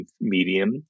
medium